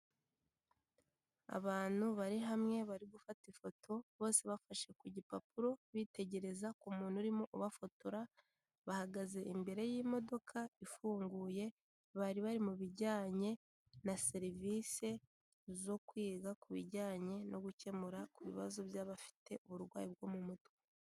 Abantu bari hamwe bari gufata ifoto bose bafashe ku gipapuro bitegereza ku muntu urimo ubafotora, bahagaze imbere y'imodoka ifunguye, bari bari mu bijyanye na serivise zo kwiga ku bijyanye no gukemura ku bibazo by'abafite uburwayi bwo mu mutwe.